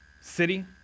city